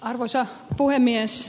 arvoisa puhemies